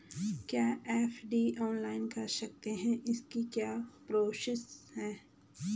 क्या FD online कर सकते हैं इसकी क्या प्रोसेस है?